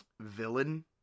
Villain